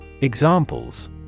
Examples